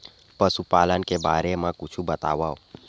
पशुपालन के बारे मा कुछु बतावव?